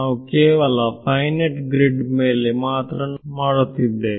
ನಾವು ಕೇವಲ finite grid ಮೇಲೆ ಮಾತ್ರ ಮಾಡುತ್ತಿರುವೆ